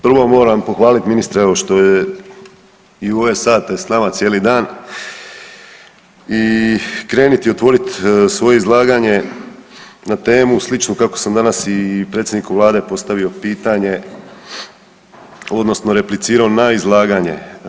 Prvo moram pohvaliti, ministre, evo što je i u ove sate s nama cijeli dan i kreniti i otvoriti svoje izlaganje na temu slično kako sam danas i predsjedniku Vlade postavio pitanje, odnosno replicirao na izlaganje.